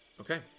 Okay